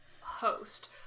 host